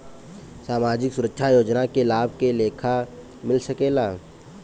सामाजिक सुरक्षा योजना के लाभ के लेखा मिल सके ला?